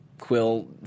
Quill